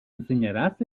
enseñarás